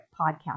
podcast